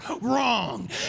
wrong